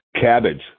Cabbage